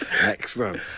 Excellent